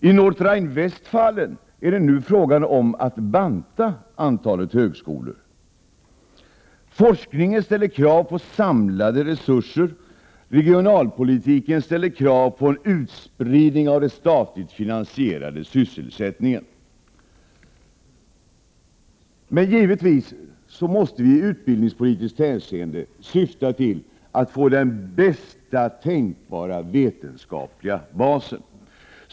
I Nordrhein-Westfalen är det nu fråga om att minska antalet högskolor. Forskningen ställer krav på samlade resurser. Regionalpolitiken ställer krav på en utspridning av den statligt finansierade sysselsättningen. Men givetvis måste vi när det gäller utbildningspolitiken syfta till att få den bästa tänkbara vetenskapliga basen.